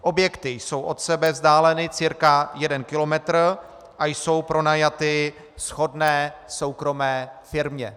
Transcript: Objekty jsou od sebe vzdáleny cca jeden kilometr a jsou pronajaty shodné soukromé firmě.